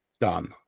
done